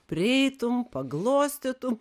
prieitum paglostytum